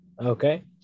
Okay